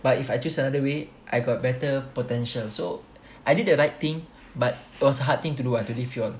but if I choose another way I got better potential so I did the right thing but was hard thing to do ah to leave you all